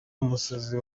umusazi